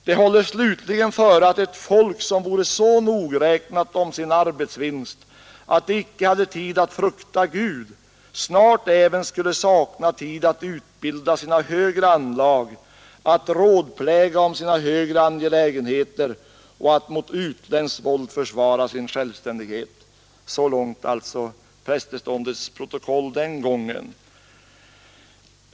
Det håller slutligen före, att ett folk om sin arbetsvinst, att det icke hade tid att frukta Gud, snart även skulle sakna tid att utbilda sina högre anlag, att rådpläga om sina högre om vore så nogräknat angelägenheter och att mot utländskt våld försvara sin självständighet.” Så långt alltså prästeståndets uttalande till riksdagens protokoll den gången.